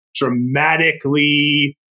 dramatically